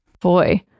Boy